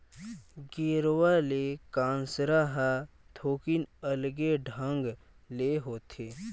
गेरवा ले कांसरा ह थोकिन अलगे ढंग ले होथे